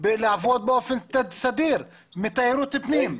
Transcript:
חזרו לעבוד באופן סדיר ומתפרנסות מתיירות פנים.